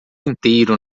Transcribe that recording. inteiro